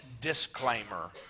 disclaimer